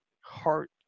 heart